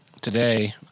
today